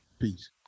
Peace